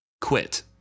quit